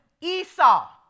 Esau